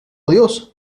dios